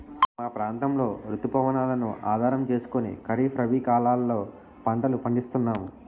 మా ప్రాంతంలో రుతు పవనాలను ఆధారం చేసుకుని ఖరీఫ్, రబీ కాలాల్లో పంటలు పండిస్తున్నాము